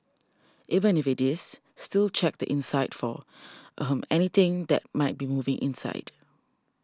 even if it is still check the inside for ahem anything that might be moving inside